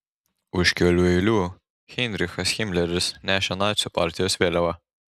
už kelių eilių heinrichas himleris nešė nacių partijos vėliavą